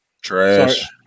Trash